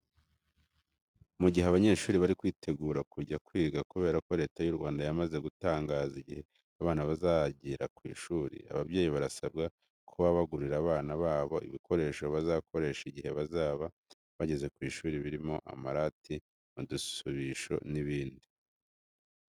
Mu gihe abanyeshuri bari kwitegura kujya kwiga kubera ko Leta y'u Rwanda yamaze gutangaza igihe abana bazagira ku ishuri, ababyeyi barasabwa kuba bagurira abana babo ibikoresho bazakoresha igihe bazaba bageze ku ishuri birimo amarati, udusibisho n'ibindi.